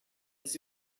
his